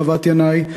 מחוות-ינאי,